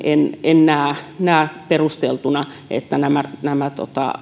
en en näe perusteltuna sitä että nämä nämä